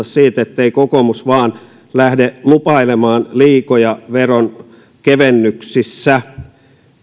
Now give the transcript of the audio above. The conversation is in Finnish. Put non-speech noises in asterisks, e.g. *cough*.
*unintelligible* siitä ettei kokoomus vaan lähde lupailemaan liikoja veronkevennyksissä